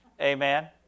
Amen